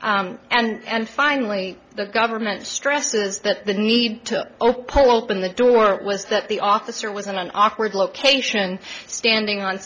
and finally the government stresses that the need to open open the door was that the officer was in an awkward location standing on